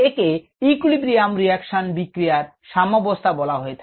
একে equilibrium reaction বিক্রিয়ার সাম্যবস্থা বলা হয়ে থাকে